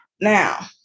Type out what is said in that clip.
now